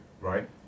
right